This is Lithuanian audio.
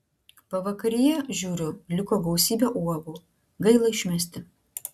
pavakaryje žiūriu liko gausybė uogų gaila išmesti